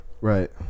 Right